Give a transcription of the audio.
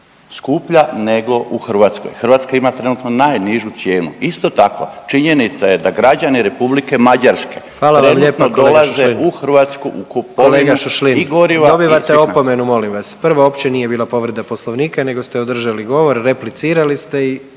Hrvatska ima trenutno najnižu cijenu. Isto tako činjenica je da građani Republike Mađarske …/Upadica: Hvala vam lijepo